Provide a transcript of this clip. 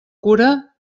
cura